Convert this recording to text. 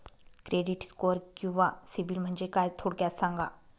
Credit score किंवा सिबिल म्हणजे काय? थोडक्यात सांगा